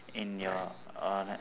in your honour